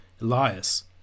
Elias